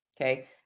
okay